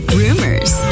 rumors